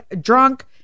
drunk